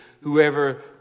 whoever